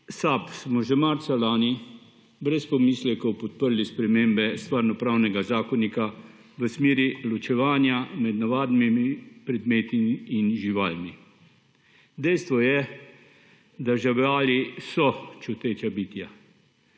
SAB smo že marca lani brez pomislekov podpri spremembe stvarno-pravnega zakonika v smeri ločevanja med navadnimi predmeti in živalmi. Dejstvo je, da živali so čuteča bitja.